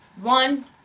one